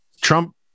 Trump